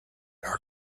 are